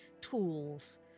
tools